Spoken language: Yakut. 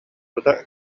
тута